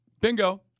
Bingo